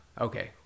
Okay